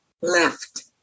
Left